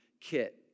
kit